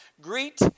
Greet